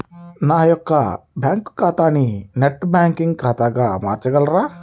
నా యొక్క బ్యాంకు ఖాతాని నెట్ బ్యాంకింగ్ ఖాతాగా మార్చగలరా?